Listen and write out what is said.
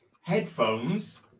headphones